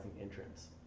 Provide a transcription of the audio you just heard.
entrance